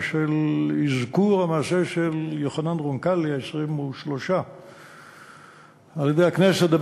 ואת אזכור המעשה של יוחנן רונקלי ה-23 על-ידי הכנסת,